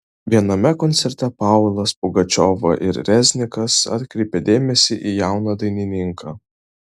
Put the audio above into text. viename koncerte paulas pugačiova ir reznikas atkreipė dėmesį į jauną dainininką